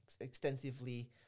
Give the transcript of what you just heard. extensively